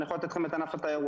אני יכול לתת לכם את ענף התיירות.